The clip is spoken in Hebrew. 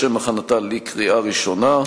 לשם הכנתה לקריאה ראשונה.